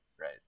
right